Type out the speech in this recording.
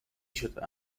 شده